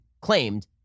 claimed